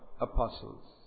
apostles